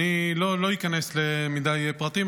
אני לא איכנס יותר מדי לפרטים,